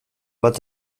bat